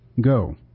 go